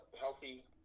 healthy